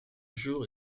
jour